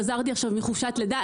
חזרתי עכשיו מחופשת לידה,